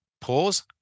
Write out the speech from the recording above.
pause